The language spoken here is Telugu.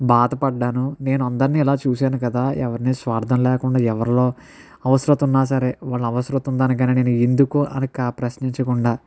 బాధపడ్డాను నేను అందరిని ఇలా చూశాను కదా ఎవరిని స్వార్థం లేకుండా ఎవరిలో అవసరత ఉన్నా సరే వాళ్ళ అవసరత ఉందా అని నేను ఎందుకు అని క ప్రశ్నించకుండా